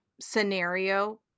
scenario